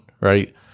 right